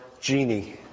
genie